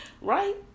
Right